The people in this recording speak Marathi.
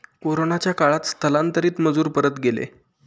कोरोनाच्या काळात स्थलांतरित मजूर परत गेले